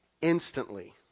Instantly